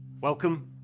Welcome